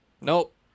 Nope